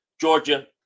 Georgia